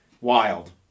Wild